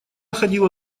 ходила